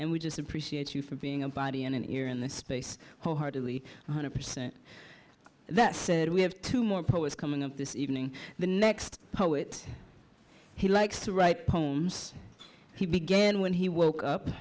and we just appreciate you for being a body and an ear in this space wholeheartedly hundred percent that said we have two more poets coming up this evening the next poet he likes to write poems he began when he woke up